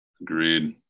Agreed